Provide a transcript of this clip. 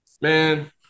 man